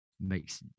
makes